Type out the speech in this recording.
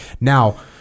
Now